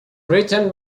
written